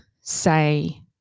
say